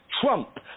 Trump